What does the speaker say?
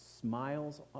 smiles